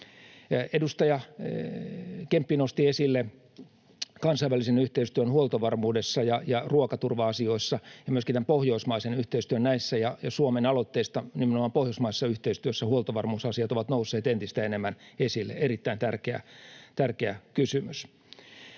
Edustaja Kemppi nosti esille kansainvälisen yhteistyön huoltovarmuudessa ja ruokaturva-asioissa ja myöskin tämän pohjoismaisen yhteistyön näissä: Suomen aloitteesta nimenomaan pohjoismaisessa yhteistyössä huoltovarmuusasiat ovat nousseet entistä enemmän esille — erittäin tärkeä kysymys.